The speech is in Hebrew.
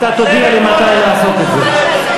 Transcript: אתה תודיע לי מתי לעשות את זה.